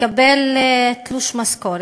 מקבל תלוש משכורת,